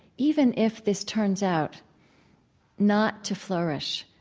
even if this turns out not to flourish,